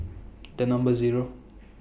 The Number Zero